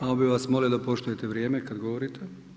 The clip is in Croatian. Samo bih vas molio da poštujete vrijeme kad govorite.